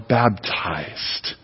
baptized